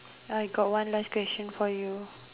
I got one last question for you